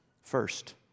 First